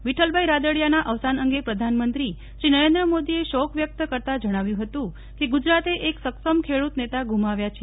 વિઠ્ઠલભાઇ રાદડિયાના અવસાન અંગે પ્રધાનમંત્રી નરેન્દ્ર મોદીએ શોક વ્યક્ત કરતાં જણાવ્યું હતું કે ગુજરાતે એક સક્ષમ ખેડૂત નેતા ગુમાવ્યા છે